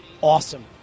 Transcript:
awesome